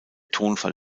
tonfall